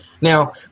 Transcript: Now